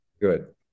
Good